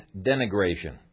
denigration